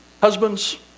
Husbands